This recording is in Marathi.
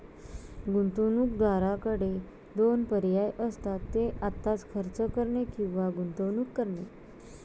गुंतवणूकदाराकडे दोन पर्याय असतात, ते आत्ताच खर्च करणे किंवा गुंतवणूक करणे